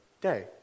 day